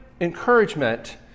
encouragement